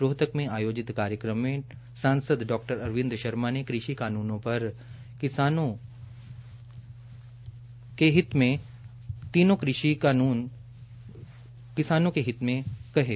रोहतक में आयोजित कार्यक्रम मे सांसद डा अरविंद शर्मा ने कृषि कानून पर राय दी और कहा कि तीनों कृषि कानून किसानों के हित में है